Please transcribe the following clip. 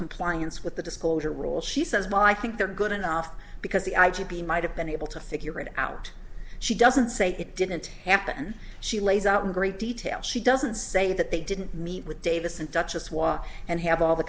compliance with the disclosure rules she says ma i think they're good enough because the i g p might have been able to figure it out she doesn't say it didn't happen she lays out in great detail she doesn't say that they didn't meet with davis and duchess wa and have all the